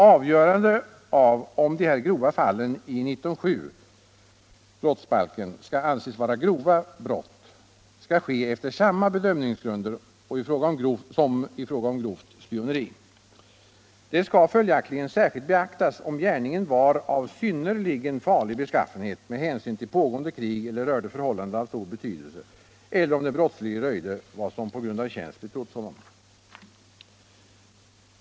Avgörande av om de grova fallen i 19:7 brottsbalken skall anses vara grova brott skall ske efter samma bedömningsgrunder som i fråga om grovt spioneri. Det skall följaktligen särskilt beaktas om gärningen var av synnerligen farlig beskaffenhet med hänsyn till pågående krig eller rörde förhållande av stor betydelse, eller om den brottslige röjde vad som på grund av tjänst betrotts honom.